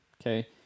okay